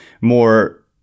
more